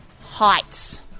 heights